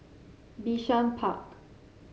Bishan Park